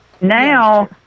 Now